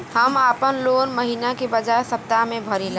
हम आपन लोन महिना के बजाय सप्ताह में भरीला